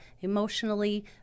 emotionally